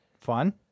Fun